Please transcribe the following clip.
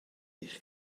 eich